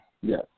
Yes